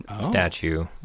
statue